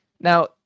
Now